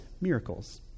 miracles